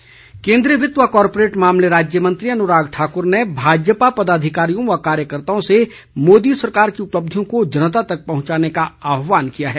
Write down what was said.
अन्राग केन्द्रीय वि त्ता व कॉरपोरेट मामले राज्य मंत्री अनुराग ठाकुर ने भाजपा पदाधिकारियों व कार्यकर्ताओं से मोदी सरकार की उपलब्धियों को जनता तक पहुंचाने का आहवान किया है